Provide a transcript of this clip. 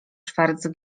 schwarz